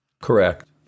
Correct